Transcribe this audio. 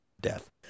death